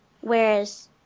whereas